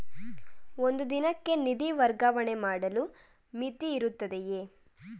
ಒಂದು ದಿನಕ್ಕೆ ನಿಧಿ ವರ್ಗಾವಣೆ ಮಾಡಲು ಮಿತಿಯಿರುತ್ತದೆಯೇ?